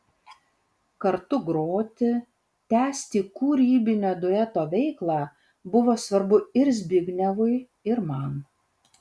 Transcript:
kartu groti tęsti kūrybinio dueto veiklą buvo svarbu ir zbignevui ir man